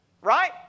Right